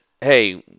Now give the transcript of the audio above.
hey